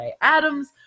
Adams